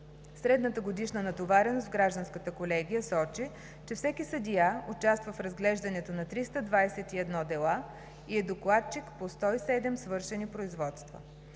Средната годишна натовареност в гражданската колегията сочи, че всеки съдия участва в разглеждането на 321 дела и е докладчик по 107 свършени производства.